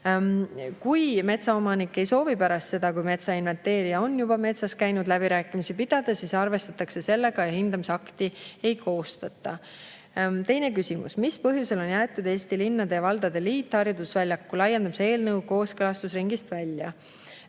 Kui metsaomanik ei soovi pärast seda, kui metsainventeerija on juba metsas käinud, läbirääkimisi pidada, siis arvestatakse sellega ja hindamisakti ei koostata. Teine küsimus: "Mis põhjusel on jäetud Eesti Linnade ja Valdade Liit harjutusväljaku laiendamise eelnõu kooskõlastusringist välja?"